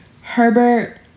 herbert